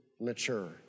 mature